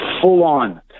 full-on